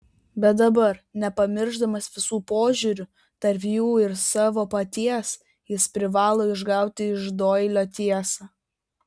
bet dabar nepamiršdamas visų požiūrių tarp jų ir savo paties jis privalo išgauti iš doilio tiesą